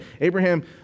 Abraham